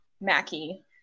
Mackie